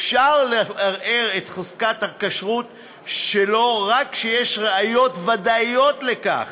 אפשר לערער על חזקת הכשרות שלו רק כשיש ראיות ודאיות לכך